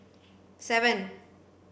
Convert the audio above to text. seven